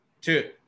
Two